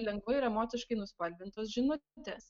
lengvai ir emociškai nuspalvintos žinutės